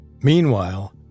Meanwhile